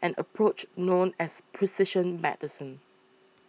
an approach known as precision medicine